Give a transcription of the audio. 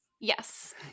Yes